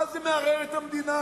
במה זה מערער את המדינה?